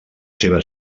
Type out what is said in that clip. seva